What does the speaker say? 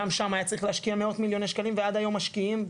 גם שם היה צריך להשקיע מאות מיליוני שקלים ועד היום משקיעים.